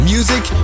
Music